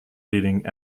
leaning